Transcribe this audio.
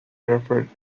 referred